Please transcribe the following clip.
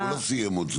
הוא לא סיים עוד.